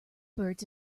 birds